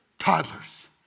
toddlers